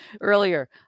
earlier